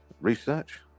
Research